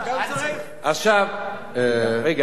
תראה,